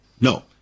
no